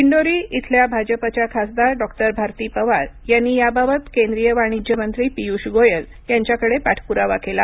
दिंडोरी येथील भाजपच्या खासदार डॉ भारती पवार यांनी याबाबत केंद्रीय वाणिज्य मंत्री पियुष गोयल यांच्याकडं पाठपुरावा केला